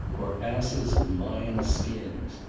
or asses in lions' skins.